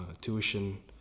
tuition